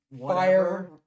fire